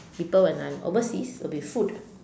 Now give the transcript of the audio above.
people when I'm overseas would be food